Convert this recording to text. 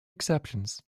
exceptions